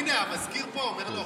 הינה, המזכיר פה אומר לא.